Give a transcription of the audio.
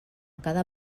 cada